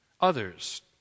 others